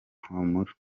humura